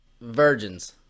Virgins